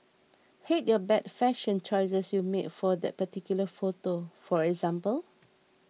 hate your bad fashion choices you made for that particular photo for example